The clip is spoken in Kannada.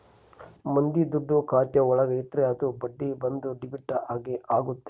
ಮಂದಿ ದುಡ್ಡು ಖಾತೆ ಒಳಗ ಇಟ್ರೆ ಅದು ಬಡ್ಡಿ ಬಂದು ಡೆಬಿಟ್ ಆಗುತ್ತೆ